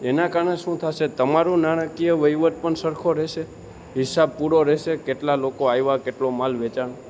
એના કારણે શું થશે તમારું નાણાકીય વહીવટ પણ સરખો રહેશે હિસાબ પૂરો રહેશે કેટલા લોકો આવ્યા કેટલો માલ વેચાયો